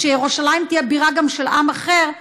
שירושלים תהיה בירה גם של עם אחר,